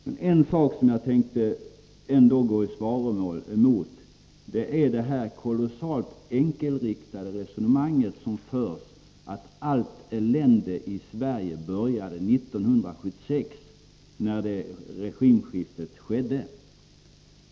Men en sak tänker jag gå i svaromål emot, nämligen det kolossalt enkelriktade resonemanget om att allt elände i Sverige började 1976 när regimskiftet skedde.